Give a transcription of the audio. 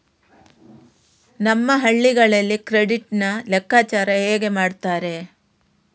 ನಮ್ಮ ಹಳ್ಳಿಗಳಲ್ಲಿ ಕ್ರೆಡಿಟ್ ನ ಲೆಕ್ಕಾಚಾರ ಹೇಗೆ ಮಾಡುತ್ತಾರೆ?